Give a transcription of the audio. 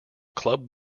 club